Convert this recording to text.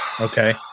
okay